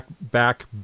back